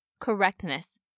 Correctness